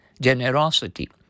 generosity